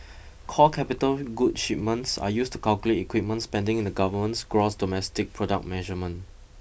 core capital goods shipments are used to calculate equipment spending in the government's gross domestic product measurement